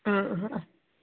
ആ ഹ ആ